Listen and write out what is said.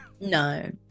No